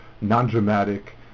non-dramatic